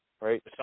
Right